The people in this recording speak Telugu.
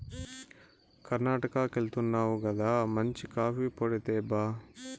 కర్ణాటకెళ్తున్నావు గదా మంచి కాఫీ పొడి తేబ్బా